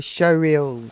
Showreel